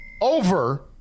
Over